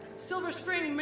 silver spring,